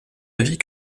avis